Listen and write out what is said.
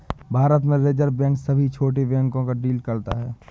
भारत में reserve bank सभी छोटे बैंक को डील करता है